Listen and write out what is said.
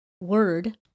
word